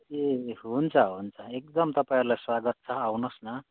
ए हुन्छ हुन्छ एकदम तपाईँहरूलाई स्वागत छ आउनुहोस् न